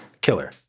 Killer